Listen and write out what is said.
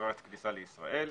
אשרת כניסה לישראל.